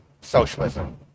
socialism